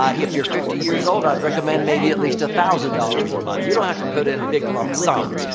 ah if you're fifty years old, i'd recommend maybe at least one thousand dollars a month. you don't have to put in big lump sums.